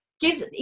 gives